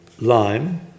lime